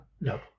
No